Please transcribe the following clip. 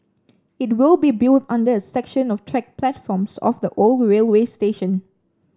it will be built under a section of track platforms of the old railway station